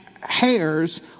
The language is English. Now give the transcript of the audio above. hairs